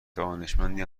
دانشمندی